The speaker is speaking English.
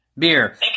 Beer